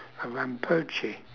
a rinpoche